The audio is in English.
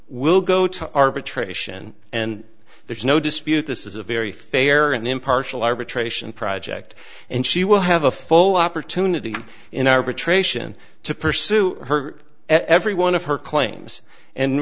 arbitration and there's no dispute this is a very fair and impartial arbitration project and she will have a full opportunity in arbitration to pursue her every one of her claims and